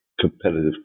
competitive